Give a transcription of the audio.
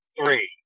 Three